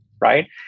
right